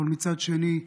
אבל מצד שני,